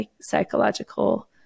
psychological